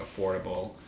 affordable